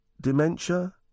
dementia